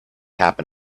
happen